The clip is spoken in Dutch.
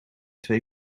twee